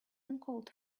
uncalled